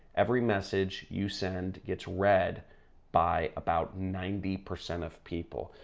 every message you send gets read by about ninety percent of people.